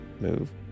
move